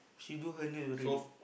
she do her nail already